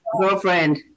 Girlfriend